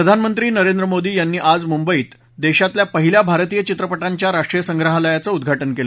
प्रधानमंत्री नरेंद्र मोदी यांनी आज मुंबईत देशातल्या पहिल्या भारतीय चित्रपटांच्या राष्ट्रीय संग्राहलयाचं उद्वाटन केलं